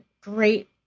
great